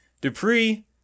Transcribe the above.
Dupree